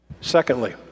Secondly